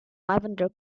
lavender